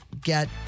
get